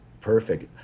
perfect